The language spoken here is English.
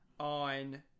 On